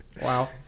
Wow